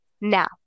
Now